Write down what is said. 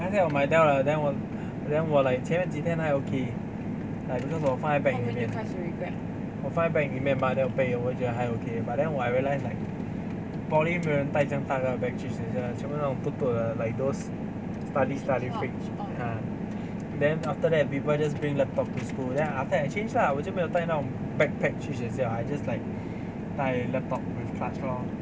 那天我买 dell liao then 我 then 我 like 前几天还 okay like 那种我放在 bag 里面我放在 bag 里面 mah then 我背我就觉得还 okay but then !wah! I realised like poly 没有人带这样大个的 bag 去学校的全部那种 toot toot 的 like those study study ya then after that people just bring laptop to school then after that I changed lah 我就没有带那种 backpack 去学校 I just like 带 laptop with charge lor